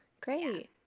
great